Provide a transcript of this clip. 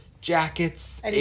jackets